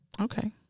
Okay